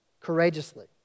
courageously